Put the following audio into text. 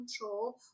control